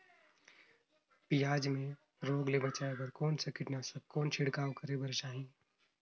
पियाज मे रोग ले बचाय बार कौन सा कीटनाशक कौन छिड़काव करे बर चाही?